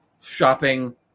shopping